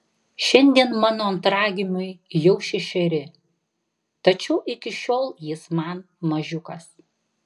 šiandien mano antragimiui jau šešeri tačiau iki šiol jis man mažiukas